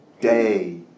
day